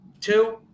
Two